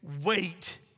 wait